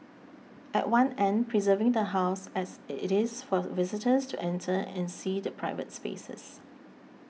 at one end preserving the House as it is for visitors to enter and see the private spaces